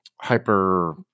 hyper